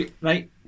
Right